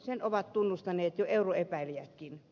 sen ovat tunnustaneet jo euroepäilijätkin